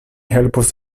helpos